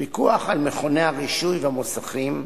פיקוח על מכוני הרישוי והמוסכים,